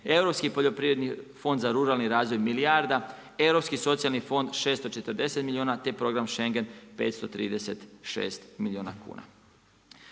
Europski poljoprivredni fond za ruralni razvoj milijarda, Europski socijalni fond 640 milijuna te Program Schengen 536 milijuna kuna.